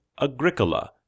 Agricola